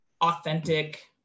authentic